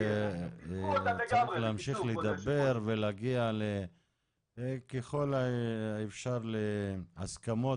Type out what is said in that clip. צריך להמשיך לדבר ולהגיע ככל האפשר להסכמות